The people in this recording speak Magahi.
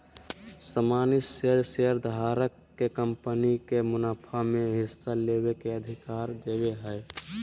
सामान्य शेयर शेयरधारक के कंपनी के मुनाफा में हिस्सा लेबे के अधिकार दे हय